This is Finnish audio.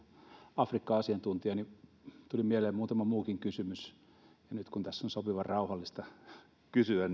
afrikka asiantuntija tuli mieleen muutama muukin kysymys ja nyt kun tässä on sopivan rauhallista kysyä